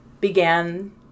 began